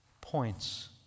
points